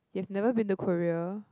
you've never been to Korea